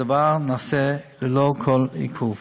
הדבר נעשה ללא כל עיכוב.